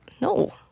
No